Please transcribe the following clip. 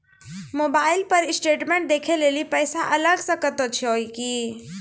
Mobile पर statement देखे लेली पैसा अलग से कतो छै की?